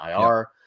IR